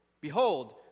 Behold